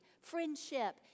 friendship